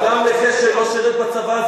אדם נכה שלא שירת בצבא,